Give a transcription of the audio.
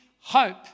hope